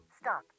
Stop